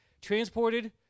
transported